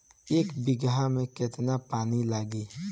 एक बिगहा में केतना पानी लागी?